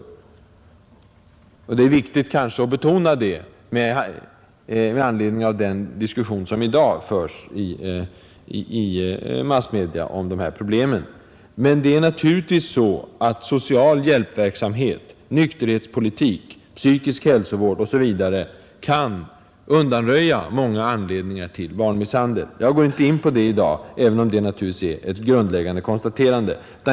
Det är kanske viktigt att betona detta med hänsyn till den diskussion om dessa problem som förs i dessa dagar. Men den sociala hjälpverksamheten, nykterhetspolitiken, den psykiska hälsovården osv. kan naturligtvis undanröja många anledningar till barnmisshandel. Jag går inte in på det i dag även om det naturligtvis är ett grundläggande konstaterande.